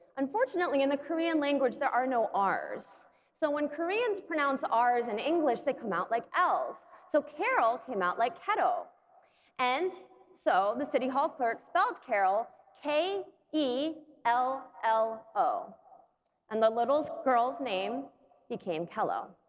unfortunately in the korean language there are no r's so when koreans pronounce r's in english they come out like l's so carol came out like kello and so the city hall clerk spelled carol k e l l o and the little girl's name became kello